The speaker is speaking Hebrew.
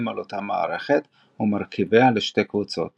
על אותה מערכת ומרכיביה לשתי קבוצות